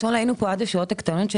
אתמול היינו כאן עד השעות הקטנות של